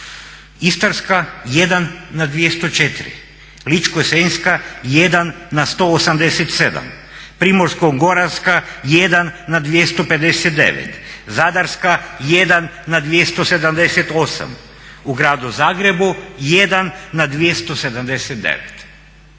Istarska 1 na 204, Ličko-senjska 1 na 187, Primorsko-goranska 1 na 259, Zadarska 1 na 278, u gradu Zagrebu 1 na 279.